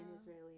Israeli